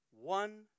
one